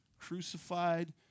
crucified